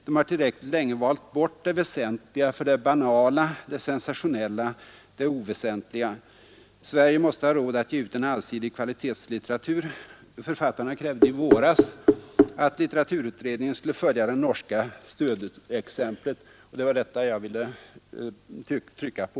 De har tillräckligt länge valt bort det väsentliga för det banala, det sensationella, det oväsentliga. Sverige måste ha råd att ge ut en allsidig kvalitetslitteratur. Författarna krävde i våras att litteraturutredningen skulle följa det norska stödexemplet, och det var detta jag ville trycka på